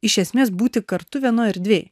iš esmės būti kartu vienoj erdvėj